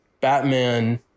Batman